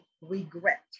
regret